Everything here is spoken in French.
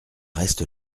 reste